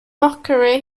mockery